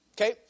Okay